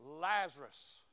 Lazarus